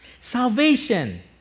salvation